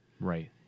Right